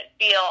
feel